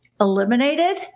eliminated